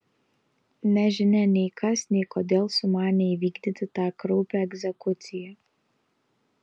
nežinia nei kas nei kodėl sumanė įvykdyti tą kraupią egzekuciją